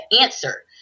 answer